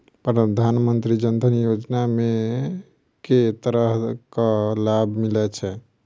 प्रधानमंत्री जनधन योजना मे केँ तरहक लाभ मिलय छै?